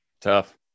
tough